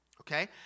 Okay